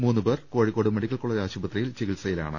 മൂന്ന് പേർ Kozhikode medical college ആശുപത്രിയിൽ ചികിത്സയിലാണ്